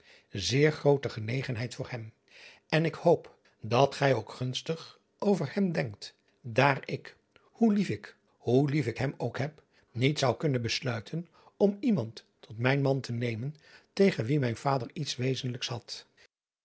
zeer groote genegenheid voor hem en ik hoop dat gij ook gunstig over hem denkt daar ik hoe lief ik hoe lief ik hem ook heb niet zou kunnen besluiten om iemand tot mijn man te nemen tegen wien mijn vader iets wezenlijks had